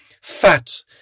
fat